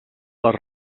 les